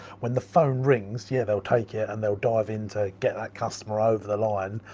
when the phone rings, yeah they'll take it and they'll dive in to get that customer over the line.